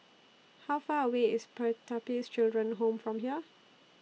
How Far away IS Pertapis Children Home from here